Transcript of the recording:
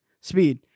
speed